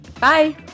Bye